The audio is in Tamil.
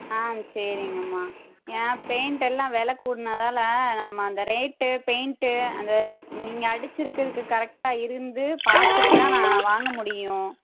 ஆ சரிங்கம்மா ஏன்னா பெயிண்ட்டெல்லாம் வெலை கூடினதால நம்ம அந்த ரேட்டு பெயிண்ட்டு அந்த நீங்கள் அடிச்சிருக்கிறதுக்கு கரெக்டாக இருந்து பார்த்துட்டு தான் நான் வாங்க முடியும்